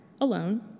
alone